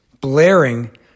blaring